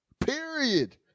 Period